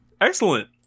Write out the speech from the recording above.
excellent